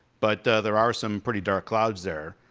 but there are some pretty dark clouds there.